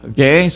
Okay